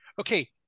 Okay